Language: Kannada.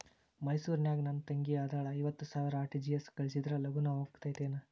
ಮೈಸೂರ್ ನಾಗ ನನ್ ತಂಗಿ ಅದಾಳ ಐವತ್ ಸಾವಿರ ಆರ್.ಟಿ.ಜಿ.ಎಸ್ ಕಳ್ಸಿದ್ರಾ ಲಗೂನ ಹೋಗತೈತ?